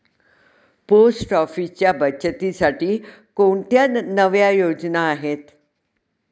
Post ऑफिसच्या बचतीसाठी कोणत्या नव्या योजना आहेत?